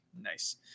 nice